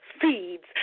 seeds